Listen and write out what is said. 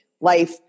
Life